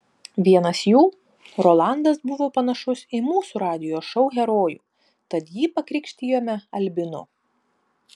vienas jų rolandas buvo panašus į mūsų radijo šou herojų tad jį pakrikštijome albinu